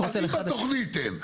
אז אם בתוכנית אין,